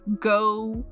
go